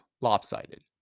lopsided